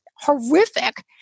horrific